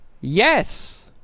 Yes